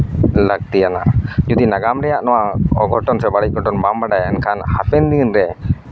ᱞᱟᱹᱠᱛᱤᱭᱟᱱᱟ ᱡᱩᱫᱤ ᱱᱟᱜᱟᱢ ᱨᱮᱭᱟᱜ ᱱᱚᱣᱟ ᱚᱜᱷᱚᱴᱚᱱ ᱥᱮ ᱵᱟᱹᱲᱤᱡ ᱜᱷᱚᱴᱚᱱ ᱵᱟᱢ ᱵᱟᱰᱟᱭᱟ ᱮᱱᱠᱷᱟᱱ ᱦᱟᱯᱮᱱ ᱫᱤᱱ ᱨᱮ